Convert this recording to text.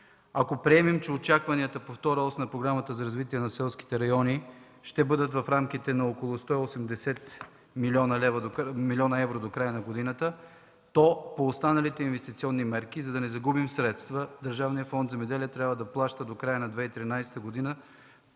Ако приемем, че очакванията по Втора ос на Програмата за развитие на селските райони ще бъдат в рамките на около 180 млн. евро до края на годината, то по останалите инвестиционни мерки, за да не загубим средства, Държавният фонд „Земеделие” трябва да плаща до края на 2013 г.